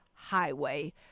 highway